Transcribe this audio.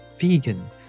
vegan